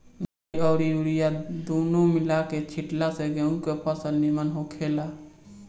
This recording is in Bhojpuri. डाई अउरी यूरिया दूनो मिला के छिटला से गेंहू के फसल निमन होखेला